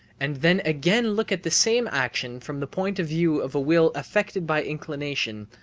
and then again look at the same action from the point of view of a will affected by inclination,